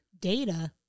data